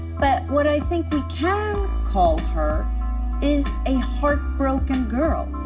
but what i think we can call her is a heartbroken girl.